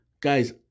guys